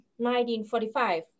1945